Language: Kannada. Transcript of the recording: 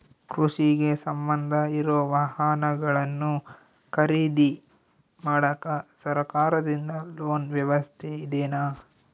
ಕೃಷಿಗೆ ಸಂಬಂಧ ಇರೊ ವಾಹನಗಳನ್ನು ಖರೇದಿ ಮಾಡಾಕ ಸರಕಾರದಿಂದ ಲೋನ್ ವ್ಯವಸ್ಥೆ ಇದೆನಾ?